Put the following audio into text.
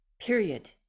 Period